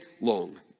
long